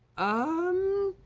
um.